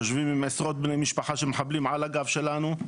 יושבים עם עשרות בני משפחה של מחבלים על הגב שלנו,